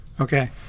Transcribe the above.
Okay